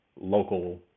local